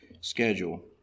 schedule